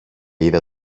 είδα